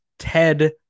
Ted